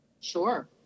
Sure